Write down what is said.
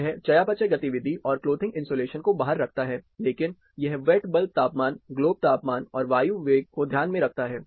यह चयापचय गतिविधि और क्लोथिंग इंसुलेशन को बाहर रखता है लेकिन यह वेट बल्ब तापमान ग्लोब तापमान और वायु वेग को ध्यान में रखता है